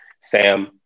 Sam